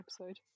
episode